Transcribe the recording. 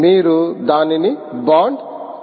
మీరు దానిని బాండ్ చేస్తారా